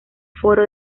foro